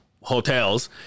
hotels